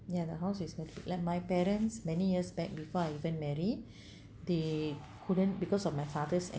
ya the house is like like my parents many years back before I even marry they couldn't because of my father's